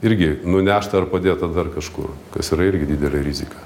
irgi nunešta ar padėta dar kažkur kas yra irgi didelė rizika